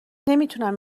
نمیتونم